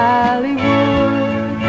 Hollywood